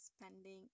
spending